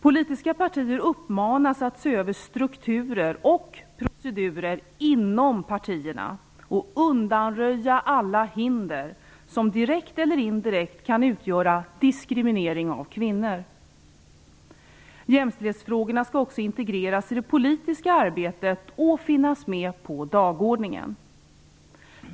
Politiska partier uppmanas att se över strukturer och procedurer inom partierna och undanröja alla hinder som direkt eller indirekt kan utgöra diskriminering av kvinnor. Jämställdhetsfrågorna skall också integreras i det politiska arbetet och finnas med på dagordningen.